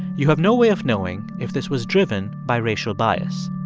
you have no way of knowing if this was driven by racial bias.